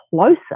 closer